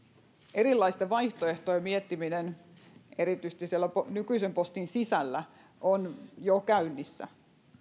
erilaisten vaihtoehtojen miettiminen erityisesti siellä nykyisen postin sisällä on jo käynnissä